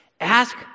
ask